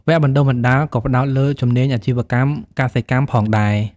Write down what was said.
វគ្គបណ្តុះបណ្តាលក៏ផ្តោតលើជំនាញអាជីវកម្មកសិកម្មផងដែរ។